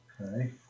Okay